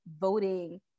voting